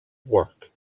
work